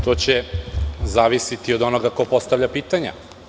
To će zavisiti od onoga ko postavlja pitanja.